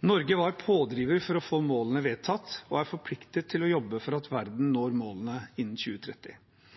Norge var pådriver for å få målene vedtatt og er forpliktet til å jobbe for at verden når målene innen 2030. For å nå